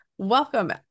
welcome